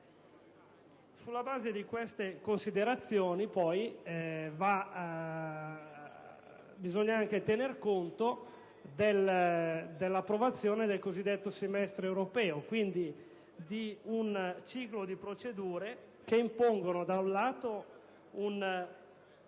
Sulla base di queste considerazioni, bisogna anche tenere conto dell'approvazione del cosiddetto semestre europeo, quindi di un ciclo di procedure che impongono, da un lato, un insieme